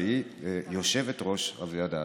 שהיא יושבת-ראש הוועדה הזו.